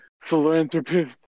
philanthropist